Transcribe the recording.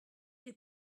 des